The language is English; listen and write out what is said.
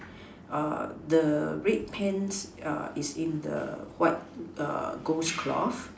the red pants is in the white ghost cloth